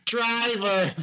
Driver